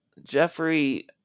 Jeffrey